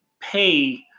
pay